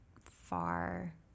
far